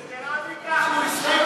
ושלא תשכח,